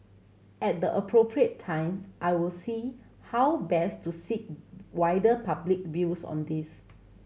at the appropriate time I will see how best to seek wider public views on this